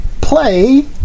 play